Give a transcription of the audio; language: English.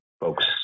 folks